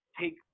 take